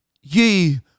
ye